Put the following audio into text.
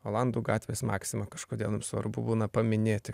olandų gatvės maksima kažkodėl jums svarbu būna paminėti